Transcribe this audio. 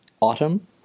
autumn